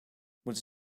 moeten